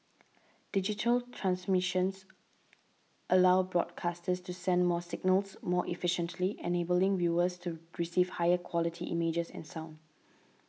digital transmissions allow broadcasters to send more signals more efficiently enabling viewers to receive higher quality images and sound